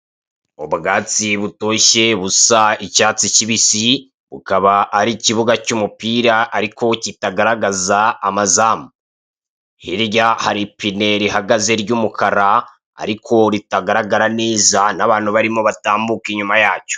Ubwatsi butoshye busa icyatsi kibisi bukaba ari ikibuga cy'umupira ariko kitagaragaza amazamu. Hirya hari ipine rihagaze ry'umukara ariko ritagaragara neza n'abantu barimo batambuka inyuma yacyo.